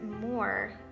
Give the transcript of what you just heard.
more